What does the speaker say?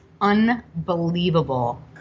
unbelievable